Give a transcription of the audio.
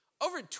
over